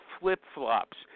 flip-flops